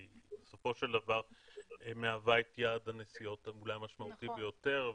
בסופו של דבר מהווה את יעד הנסיעות המשמעותי ביותר,